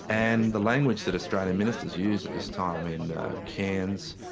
and the language that australian ministers used at this time in cairns,